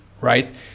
right